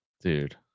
Dude